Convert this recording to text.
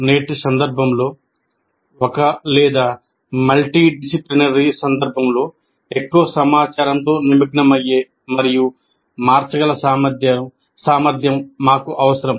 నేటి సందర్భంలో ఒకే లేదా మల్టీడిసిప్లినరీ సందర్భంలో ఎక్కువ సమాచారంతో నిమగ్నమయ్యే మరియు మార్చగల సామర్థ్యం మాకు అవసరం